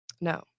No